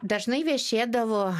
dažnai viešėdavo